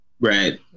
right